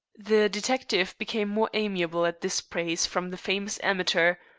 the detective became more amiable at this praise from the famous amateur,